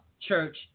Church